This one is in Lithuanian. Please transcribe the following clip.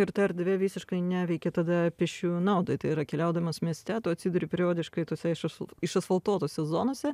ir ta erdvė visiškai neveikia tada pėsčiųjų naudai tai yra keliaudamas mieste tu atsiduri periodiškai tose išasf išasfaltuotose zonose